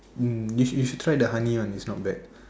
mm you should you should try the honey one it's not bad